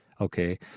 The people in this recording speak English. Okay